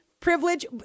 privilege